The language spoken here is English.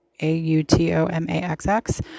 A-U-T-O-M-A-X-X